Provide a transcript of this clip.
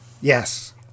Yes